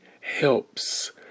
Helps